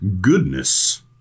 Goodness